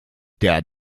der